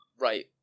right